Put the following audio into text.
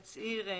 תצהיר.